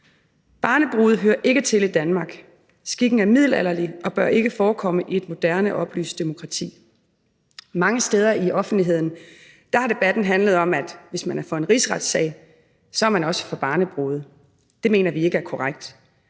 Barnebrude hører ikke til i Danmark, skikken er middelalderlig og bør ikke forekomme i et moderne oplyst demokrati. Mange steder i offentligheden har debatten handlet om, at hvis man er for en rigsretssag, er man også for barnebrude. Det mener vi ikke er korrekt,